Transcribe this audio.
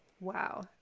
Wow